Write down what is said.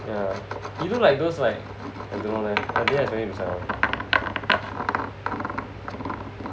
yeah he looks like those like I don't know leh I expect him to sign on